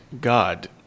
God